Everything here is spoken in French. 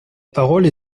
parole